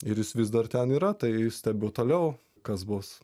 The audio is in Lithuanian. ir jis vis dar ten yra tai stebiu toliau kas bus